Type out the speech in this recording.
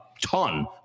ton